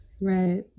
Right